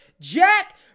Jack